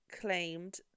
claimed